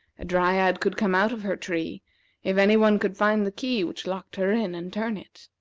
a dryad could come out of her tree if any one could find the key which locked her in, and turn it.